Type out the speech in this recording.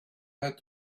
had